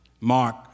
Mark